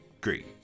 green